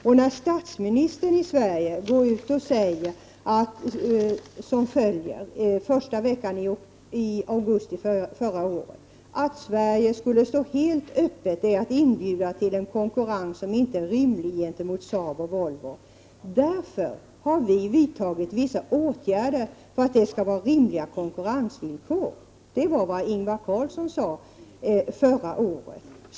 Sveriges statsminister sade första veckan i augusti förra året: Att Sverige skulle stå helt öppet, det är att inbjuda till en konkurrens som inte är rimlig gentemot SAAB och Volvo. Därför har vi vidtagit vissa åtgärder för att det skall vara rimliga konkurrensvillkor. Det var alltså vad Ingvar Carlsson sade förra året.